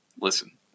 listen